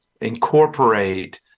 incorporate